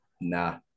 nah